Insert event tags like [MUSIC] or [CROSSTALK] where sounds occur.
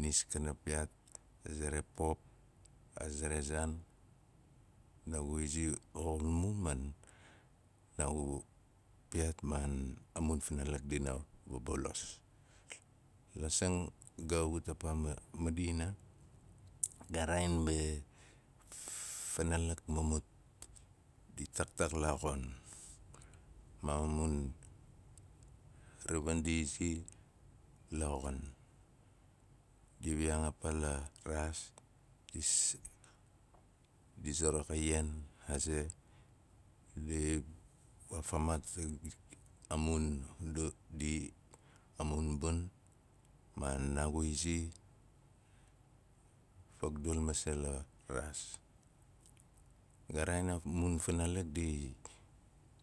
nis kana piyaat a ze re pop, a ze ra zaan naagu izi xomu mun naagu piyaat man a mun funalak dina vabalos. La sang ga wut ka paa ma- madina, ga raaen be a f- f- f- naalak mumut ndi taaktaak la xon. Ma mun, ravin di izi la xon. Di wiyaang a paa raas, di sarak a ian, aze, di waa fa maat a mun [HESITATION] a mun bun man naagu izi fagdul masei la raas. Ga raaen a mun finaalak di-